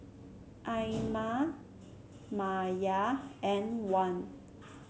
Aina Maya and Wan